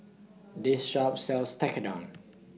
This Shop sells Tekkadon